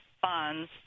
funds